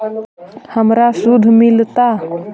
हमरा शुद्ध मिलता?